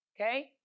Okay